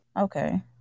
Okay